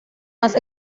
más